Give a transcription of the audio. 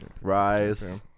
Rise